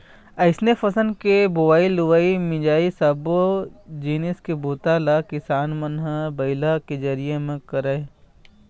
अइसने फसल के बोवई, लुवई, मिंजई सब्बो जिनिस के बूता ल किसान मन ह बइला के जरिए म करय